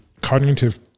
cognitive